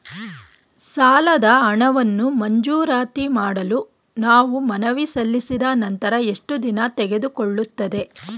ಸಾಲದ ಹಣವನ್ನು ಮಂಜೂರಾತಿ ಮಾಡಲು ನಾವು ಮನವಿ ಸಲ್ಲಿಸಿದ ನಂತರ ಎಷ್ಟು ದಿನ ತೆಗೆದುಕೊಳ್ಳುತ್ತದೆ?